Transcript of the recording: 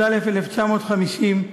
(תגמולים ושיקום), התש"י 1950,